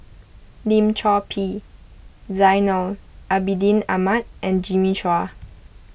Lim Chor Pee Zainal Abidin Ahmad and Jimmy Chua